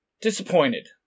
Disappointed